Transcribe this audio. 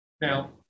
Now